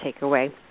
takeaway